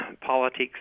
politics